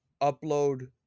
upload